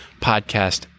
podcast